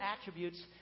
attributes